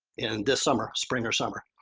this summer, spring or summer.